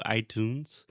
iTunes